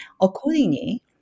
Accordingly